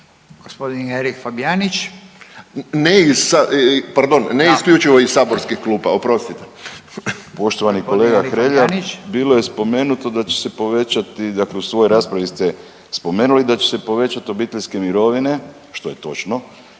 Gospodin Erik Fabijanić. **Fabijanić, Erik (Nezavisni)** Poštovani kolega Hrelja, bilo je spomenuto da će se povećati, dakle u svojoj raspravi ste spomenuli da će se povećati obiteljske mirovine što je točno,